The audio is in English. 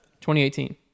2018